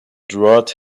drought